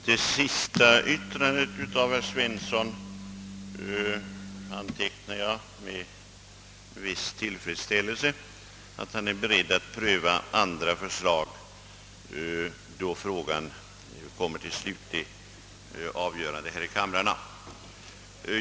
Herr talman! Det senaste yttrandet av herr Svensson i Kungälv antecknar jag med tillfredsställelse — att han är be redd att pröva andra förslag till finansiering, då frågan om anslag till ulandshjälpen kommer upp till slutligt avgörande här i kammaren.